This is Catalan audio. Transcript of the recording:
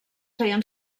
feien